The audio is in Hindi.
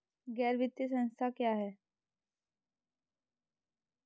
गैर वित्तीय संस्था क्या है?